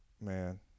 man